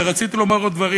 ורציתי לומר עוד דברים,